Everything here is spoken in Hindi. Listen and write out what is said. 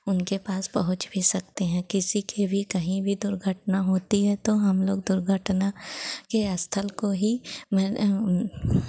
उनके पास पहुँच भी सकते हैं किसी के भी कहीं भी दुर्घटना होती है तो हम लोग दुर्घटना के स्थल को ही